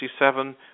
1967